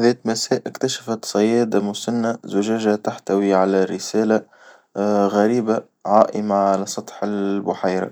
ذات مساء اكتشفت سيدة مسنة زجاجة تحتوي على رسالة غريبة عائمة على سطح البحيرة،